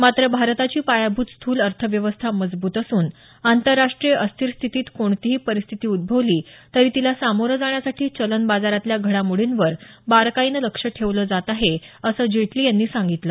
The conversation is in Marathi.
मात्र भारताची पायाभूत स्थूल अर्थव्यवस्था मजबूत असून आंतरराष्ट्रीय अस्थिर स्थितीत कोणतीही परिस्थिती उद्दवली तरी तिला सामोरं जाण्यासाठी चलन बाजारातल्या घडामोडींवर बारकाईनं लक्ष ठेवलं जात आहे असं जेटली यांनी सांगितलं